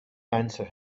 answer